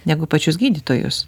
negu pačius gydytojus